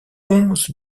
onze